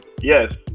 yes